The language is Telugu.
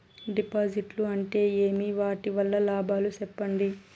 డిపాజిట్లు అంటే ఏమి? వాటి వల్ల లాభాలు సెప్పండి?